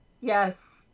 Yes